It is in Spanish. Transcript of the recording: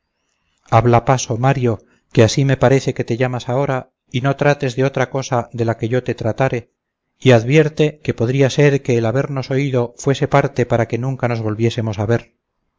habla paso mario que así me parece que te llamas ahora y no trates de otra cosa de la que yo te tratare y advierte que podría ser que el habernos oído fuese parte para que nunca nos volviésemos a ver